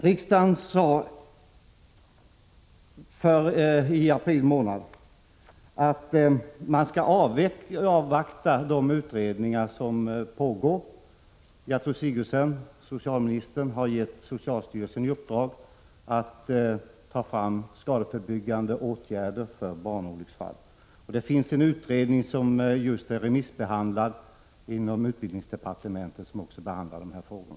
Riksdagen sade i april att man skall avvakta resultatet av de utredningar som pågår. Socialminister Gertrud Sigurdsen har gett socialstyrelsen i uppdrag att ta fram skadeförebyggande åtgärder för barnolycksfall. Det finns en utredning som just remissbehandlats inom utbildningsdepartementet och som också tar upp dessa frågor.